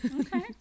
Okay